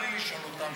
בלי לשאול אותם.